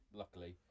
luckily